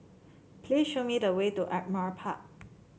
please show me the way to Ardmore Park